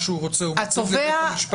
מה שהוא רוצה הוא מציג לבית המשפט?